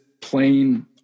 plain